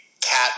cat